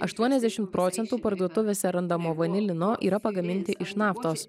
aštuoniasdešim procentų parduotuvėse randamo vanilino yra pagaminti iš naftos